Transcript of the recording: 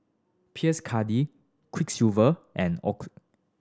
Pierre Cardin Quiksilver and Oakley